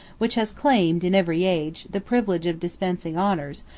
which has claimed, in every age, the privilege of dispensing honors,